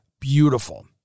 beautiful